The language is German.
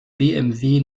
bmw